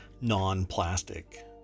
non-plastic